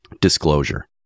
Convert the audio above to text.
Disclosure